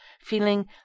feeling